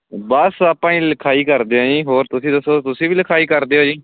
ਬਸ ਆਪਾਂ ਹੀ ਲਿਖਾਈ ਕਰਦੇ ਹਾਂ ਜੀ ਹੋਰ ਤੁਸੀਂ ਦੱਸੋ ਤੁਸੀਂ ਵੀ ਲਿਖਾਈ ਕਰਦੇ ਹੋ ਜੀ